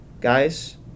guys